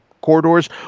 corridors